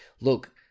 look